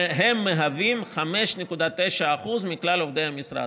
שהם מהווים 5.9% מכלל עובדי המשרד.